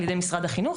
על ידי משרד החינוך,